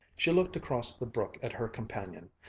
she looked across the brook at her companion,